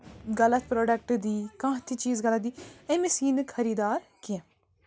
غلط پرٛوڈکٹ دی کانٛہہ تہِ چیٖز غلط دی أمِس یی نہٕ خٔری دار کیٚنٛہہ